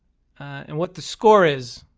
and what the score is.